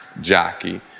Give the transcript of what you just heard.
jockey